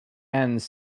ends